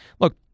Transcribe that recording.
look